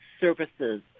services